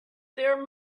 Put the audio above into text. there